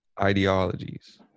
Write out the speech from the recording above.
ideologies